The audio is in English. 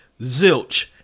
zilch